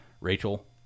Rachel